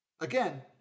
again